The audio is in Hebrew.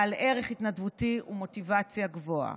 בעל ערך התנדבותי ומוטיבציה גבוהה.